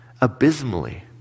abysmally